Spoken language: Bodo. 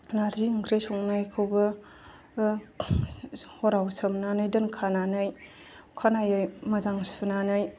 नारजि ओंख्रि संनायखौबो हराव सोमनानै दोनखानानै अखानायै मोजां सुनानै